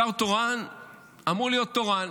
שר תורן אמור להיות תורן,